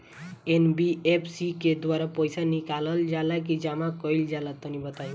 NBFC के द्वारा पईसा निकालल जला की जमा कइल जला तनि बताई?